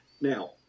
Now